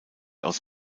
aus